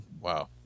wow